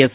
S